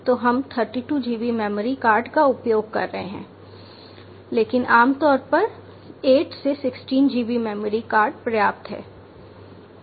तो हम 32 GB memory card का उपयोग कर रहे हैं लेकिन आमतौर पर 8 से 16 GB मेमोरी कार्ड पर्याप्त है